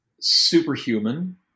superhuman